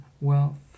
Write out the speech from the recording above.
wealth